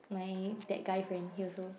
my that guy friends he also